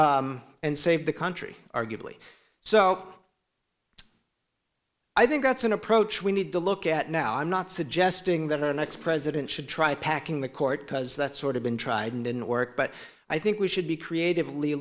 blinked and save the country arguably so i think that's an approach we need to look at now i'm not suggesting that our next president should try packing the court because that's sort of been tried and didn't work but i think we should be creatively